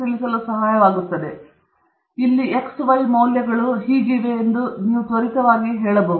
ನೀವು ಇಲ್ಲಿ ವಿವಿಧ x y ಮೌಲ್ಯಗಳನ್ನು ಹೊಂದಿದ್ದರೆ ಇಲ್ಲಿ x y ಮೌಲ್ಯಗಳ ವ್ಯಾಪಕ ಶ್ರೇಣಿಯು ನಿಮಗೆ ತಿಳಿದಿದ್ದರೆ ನಿಮಗೆ 4 ರಿಂದ 4 16 ಸಂಯೋಜನೆಗಳು ಇಲ್ಲಿವೆ